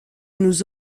nous